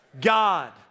God